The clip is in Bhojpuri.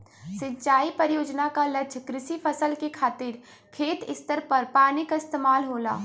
सिंचाई परियोजना क लक्ष्य कृषि फसल के खातिर खेत स्तर पर पानी क इस्तेमाल होला